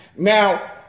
Now